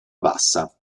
bassa